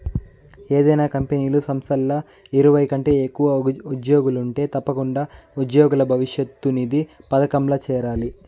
ఏదైనా కంపెనీలు, సంస్థల్ల ఇరవై కంటే ఎక్కువగా ఉజ్జోగులుంటే తప్పకుండా ఉజ్జోగుల భవిష్యతు నిధి పదకంల చేరాలి